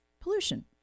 Pollution